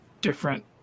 different